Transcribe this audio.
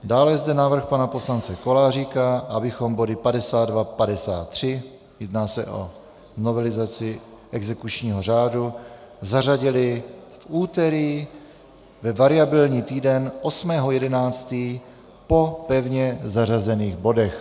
Dále je zde návrh pana poslance Koláříka, abychom body 52, 53 jedná se o novelizaci exekučního řádu zařadili v úterý ve variabilní týden 8. 11. po pevně zařazených bodech.